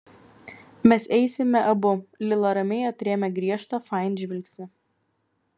mes eisime abu lila ramiai atrėmė griežtą fain žvilgsnį